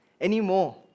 anymore